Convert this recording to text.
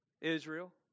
Israel